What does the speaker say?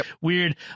weird